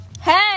Hey